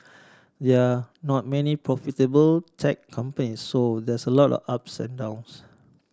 there are not many profitable tech company so there's a lot upside downs